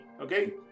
okay